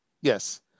Yes